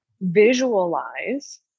Visualize